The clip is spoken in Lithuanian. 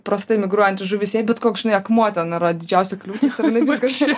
prastai migruojanti žuvis jei bet koks akmuo ten yra didžiausia kliūtis ir jinai kas čia